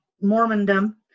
Mormondom